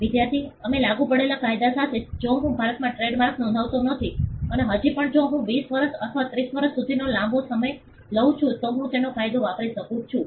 વિદ્યાર્થી અમે લાગુ પડેલા કાયદા સાથે જો હું ભારતમાં ટ્રેડમાર્ક નોંધાવાતો નથી અને હજી પણ જો હું 20 વર્ષ અથવા 30 વર્ષ સુધીનો લાંબો સમય લઉં છું તો હું તેનો કાયદો વાપરી શકું છું